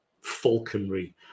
falconry